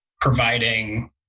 providing